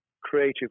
creative